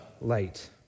light